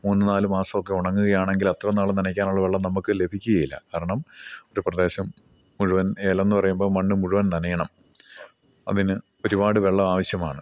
മൂന്ന് നാല് മാസമൊക്കെ ഉണങ്ങുകയാണെങ്കിൽ അത്ര നാൾ നനയ്ക്കാനുള്ള വെള്ളം നമുക്ക് ലഭിക്കുകയില്ല കാരണം ഒരു പ്രദേശം മുഴുവൻ ഏലമെന്നു പറയുമ്പോൾ മണ്ണ് മുഴുവൻ നനയണം അതിന് ഒരുപാട് വെള്ളം ആവശ്യമാണ്